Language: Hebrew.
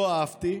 לא אהבתי,